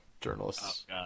journalists